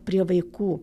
prie vaikų